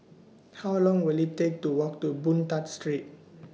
How Long Will IT Take to Walk to Boon Tat Street